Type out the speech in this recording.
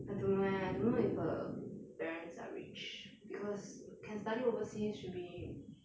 I don't know leh I don't know if her parents are rich because can study overseas should be